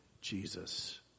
Jesus